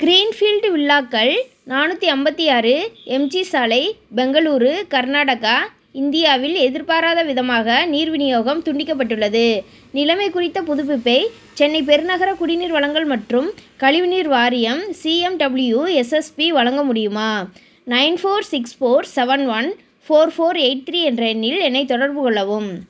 greenfield வில்லாக்கள் நாநூற்றி ஐம்பத்தி ஆறு எம்ஜி சாலை பெங்களூரு கர்நாடகா இந்தியாவில் எதிர்பாராத விதமாக நீர் விநியோகம் துண்டிக்கப்பட்டுள்ளது நிலைமை குறித்த புதிப்பிப்பை சென்னை பெருநகர குடிநீர் வழங்கல் மற்றும் கழிவுநீர் வாரியம் சிஎம்டபிள்யூ எஸ்எஸ்பி வழங்க முடியுமா nine four six four seven one four four eight three என்ற எண்ணில் என்னைத் தொடர்புக் கொள்ளவும்